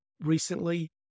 recently